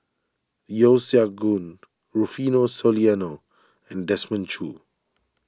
Yeo Siak Goon Rufino Soliano and Desmond Choo